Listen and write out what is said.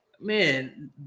Man